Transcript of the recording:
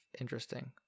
interesting